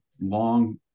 long